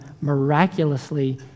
miraculously